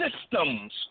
systems